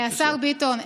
השר ביטון,